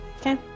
Okay